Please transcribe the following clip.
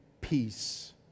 peace